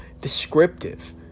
descriptive